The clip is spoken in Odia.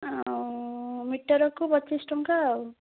ଆଉ ମିଟର୍କୁ ପଚିଶ ଟଙ୍କା ଆଉ